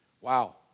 Wow